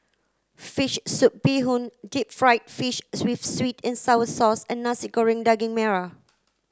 fish soup bee hoon deep fried fish with sweet and sour sauce and Nasi Goreng Daging Merah